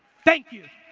thank you.